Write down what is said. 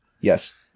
Yes